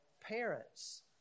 parents